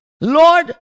lord